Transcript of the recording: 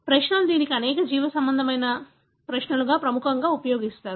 ప్రజలు దీనిని అనేక జీవసంబంధమైన ప్రశ్నలకు ప్రముఖంగా ఉపయోగిస్తారు